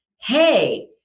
Hey